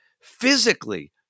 physically